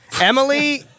Emily